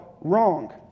wrong